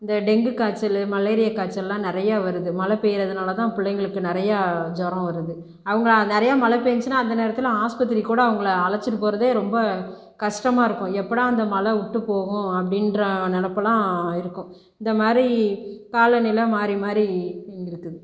இந்த டெங்கு காய்ச்சல் மலேரியா காய்ச்சல்லாம் நிறைய வருது மழை பெய்கிறதுனாலதா பிள்ளைங்களுக்கு நிறைய ஜொரோம் வருது அவங்க நிறைய மழை பெஞ்சுனால் அந்த நேரத்தில் ஹாஸ்பத்திரிக்கு கூட அவங்கள அழைச்சிட்டு போறதே ரொம்ப கஷ்டமாக இருக்கும் எப்போடா அந்த மழை விட்டுப்போகும் அப்படின்ற நினப்புலா இருக்கும் இந்த மாதிரி காலநிலை மாறி மாறி இருக்குது